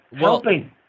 Helping